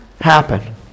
happen